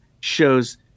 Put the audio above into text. shows